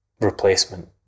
replacement